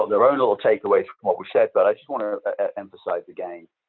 their own little takeaways from what we've said. but i just want to emphasize again,